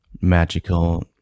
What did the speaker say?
magical